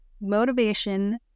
motivation